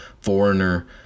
foreigner